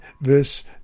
verse